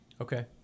Okay